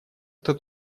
эту